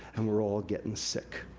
and we're all getting sick.